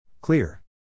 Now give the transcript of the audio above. Clear